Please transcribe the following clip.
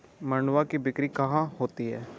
मंडुआ की बिक्री कहाँ होती है?